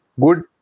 Good